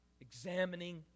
examining